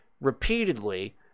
repeatedly